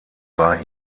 war